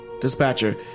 Dispatcher